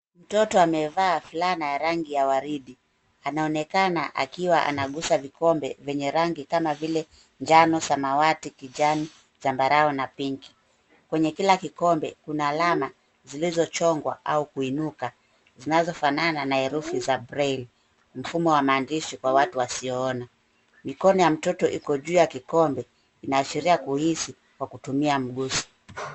Mtoto amevaa fulana ya rangi ya waridi. Anaonekana akiwa anaguusa vikombe venye rangi kama vile njano, samawati, kijani, zambarau na pinki. Kwenye kila kikombe kuna alama zilizochongwa au kuinuka zinazofanana na herufi za braille , mfumo wa maandishi kwa watu wasiona. Mikono ya mtoto iko juu ya kikombe, inaashiria kuhisi kwa kutumia mguso.